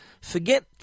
forget